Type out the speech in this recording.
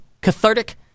Cathartic